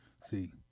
See